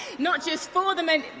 not just for the many,